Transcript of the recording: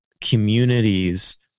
communities